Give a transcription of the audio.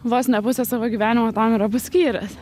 vos ne pusę savo gyvenimo tam yra paskyręs